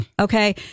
Okay